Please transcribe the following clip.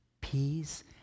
peace